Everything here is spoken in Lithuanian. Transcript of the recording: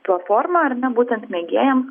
platforma arne būtent mėgėjams